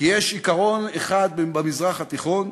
כי יש עיקרון אחד במזרח התיכון,